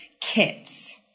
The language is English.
kits